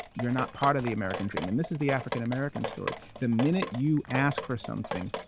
you're not part of the american dream. and this is the african american story. the minute you ask for something,